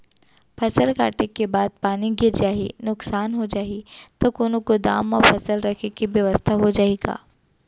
फसल कटे के बाद पानी गिर जाही, नुकसान हो जाही त कोनो गोदाम म फसल रखे के बेवस्था हो जाही का?